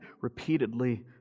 repeatedly